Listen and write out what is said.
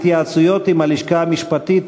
בהתייעצות עם הלשכה המשפטית,